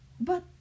But